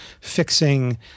fixing